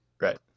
Right